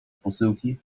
posyłki